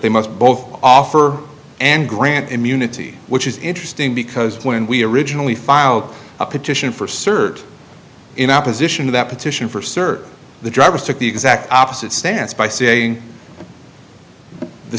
they must both offer and grant immunity which is interesting because when we originally filed a petition for cert in opposition to that petition for certain the drivers took the exact opposite stance by saying the